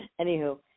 Anywho